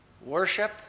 worship